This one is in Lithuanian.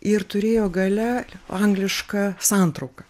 ir turėjo gale anglišką santrauką